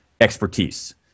expertise